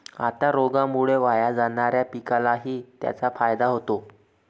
आता रोगामुळे वाया जाणाऱ्या पिकालाही त्याचा फायदा होतो